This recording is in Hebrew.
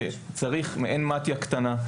זה צריך מעין מתי"א קטנה,